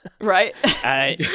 right